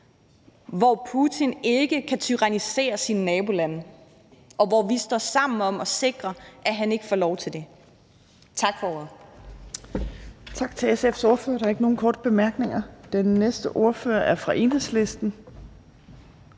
hvor Putin ikke kan tyrannisere sine nabolande, og hvor vi står sammen om at sikre, at han ikke får lov til det. Tak for ordet.